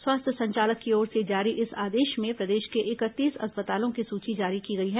स्वास्थ्य संचालक की ओर से जारी इस आदेश में प्रदेश के इकतीस अस्पतालों की सूची जारी की गई है